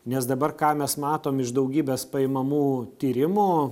nes dabar ką mes matom iš daugybės paimamų tyrimų